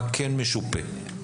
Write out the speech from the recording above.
מה משופה,